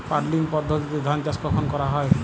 Puddling পদ্ধতিতে ধান চাষ কখন করা হয়?